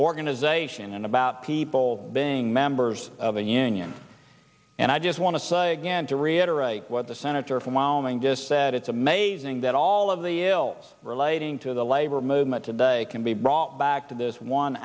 organization and people being members of a union and i just want to say again to reiterate what the senator from wyoming just said it's amazing that all of the ills relating to the labor movement today can be brought back to this one